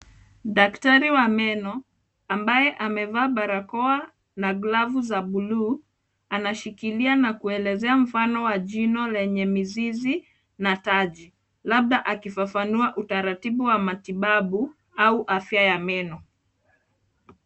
Daktari wa meno, ambaye amevaa barakoa na glavu za buluu anashikilia na kuelezea mfano wa jino lenye mizizi na taji, labda akifafanua utaratibu wa matibabu au afya ya meno.